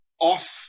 off